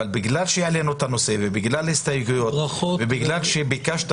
אבל בגלל שהעלינו את הנושא ובגלל ההסתייגויות ובגלל שביקשת